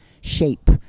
shape